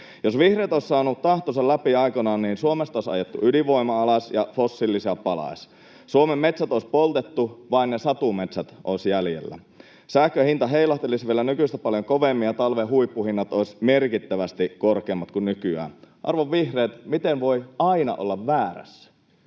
Jos vihreät olisivat saaneet tahtonsa läpi aikoinaan, niin Suomesta olisi ajettu ydinvoima alas ja fossiilisia palaisi. Suomen metsät olisi poltettu, vain ne satumetsät olisivat jäljellä. Sähkön hinta heilahtelisi vielä nykyistä paljon kovemmin, ja talven huippuhinnat olisivat merkittävästi korkeammat kuin nykyään. Arvon vihreät, miten voi aina olla väärässä?